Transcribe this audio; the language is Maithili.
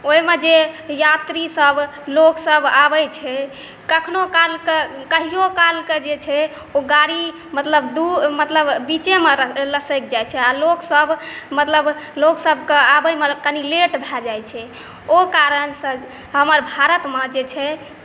ओहिमे जे यात्रीसब लोकसब आबै छै कखनो कालके कहिओ कालके जे छै ओ गाड़ी मतलब दुइ मतलब बीचेमे लसकि जाइ छै आओर लोकसब मतलब लोकसबके आबैमे कनि लेट भऽ जाइ छै ओहि कारणसँ हमर भारतमे जे छै